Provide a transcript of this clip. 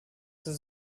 dass